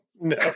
No